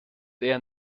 eher